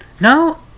No